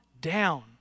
down